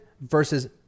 versus